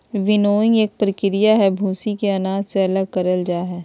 winnowing एक प्रक्रिया हई, भूसी के अनाज से अलग करल जा हई